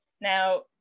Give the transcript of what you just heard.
Now